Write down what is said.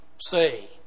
say